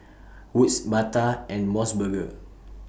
Wood's Bata and Mos Burger